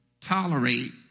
tolerate